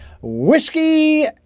Whiskey